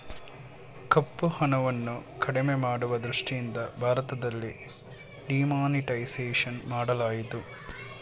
ಕಪ್ಪುಹಣವನ್ನು ಕಡಿಮೆ ಮಾಡುವ ದೃಷ್ಟಿಯಿಂದ ಭಾರತದಲ್ಲಿ ಡಿಮಾನಿಟೈಸೇಷನ್ ಮಾಡಲಾಯಿತು